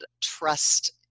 trust